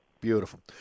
Beautiful